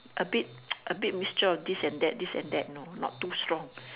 a bit a bit mixture of this and that this and that know not too strong